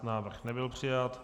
Návrh nebyl přijat.